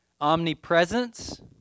Omnipresence